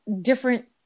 different